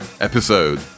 episode